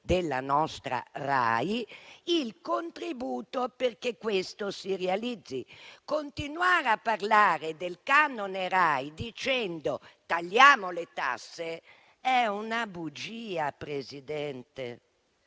della nostra RAI, affinché questo si realizzi. Continuare a parlare del canone RAI dicendo di tagliare le tasse è una bugia, signora